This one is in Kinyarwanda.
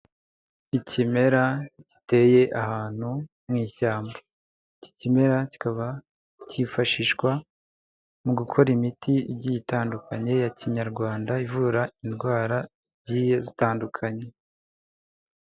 Ikimera giteye ahantu mu ishyamba. Iki kimera kikaba cyifashishwa mu gukora imiti igitandukanye ya kinyarwanda ivura indwara zigiye zitandukanye.